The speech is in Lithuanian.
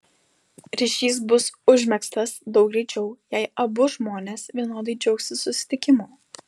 ryšys bus užmegztas daug greičiau jei abu žmonės vienodai džiaugsis susitikimu